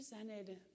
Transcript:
represented